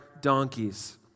donkeys